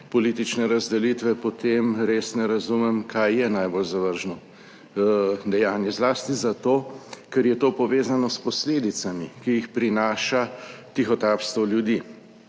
politične razdelitve, potem res ne razumem, kaj je najbolj zavržno dejanje, zlasti zato, ker je to povezano s posledicami, ki jih prinaša tihotapstvo ljudi,